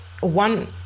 one